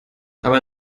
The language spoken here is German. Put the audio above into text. aber